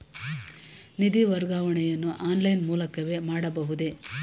ನಿಧಿ ವರ್ಗಾವಣೆಯನ್ನು ಆನ್ಲೈನ್ ಮೂಲಕವೇ ಮಾಡಬಹುದೇ?